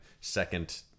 second